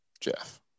Jeff